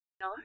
No